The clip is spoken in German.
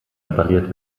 repariert